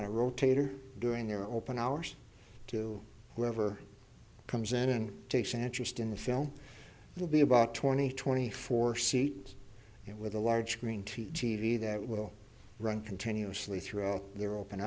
a rotator during their open hours to whoever comes in and takes an interest in the film will be about twenty twenty four seat it with a large screen t v that will run continuously throughout their open